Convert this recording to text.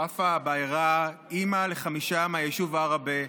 וופא עבאהרה, אימא לחמישה מהיישוב עראבה,